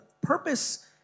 Purpose